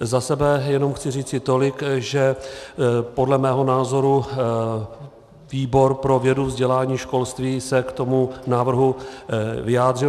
Za sebe jenom chci říci tolik, že podle mého názoru výbor pro vědu, vzdělání, školství se k tomu návrhu vyjádřil.